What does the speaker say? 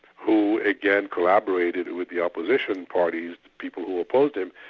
who again collaborated with the opposition parties, people who opposed him,